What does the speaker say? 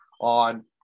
on